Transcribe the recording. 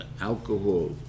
alcohol